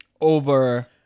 over